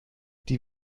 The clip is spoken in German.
die